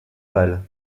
pâle